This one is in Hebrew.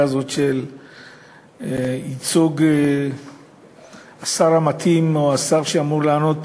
הזאת של ייצוג השר המתאים או השר שאמור לענות